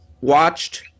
watched